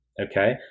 okay